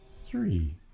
Three